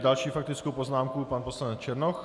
S další faktickou poznámkou pan poslanec Černoch.